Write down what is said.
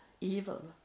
evil